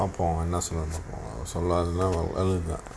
அப்ப அவங்க என்ன சொல்லணும் சொல்லா:appa avanga enna sollanum solla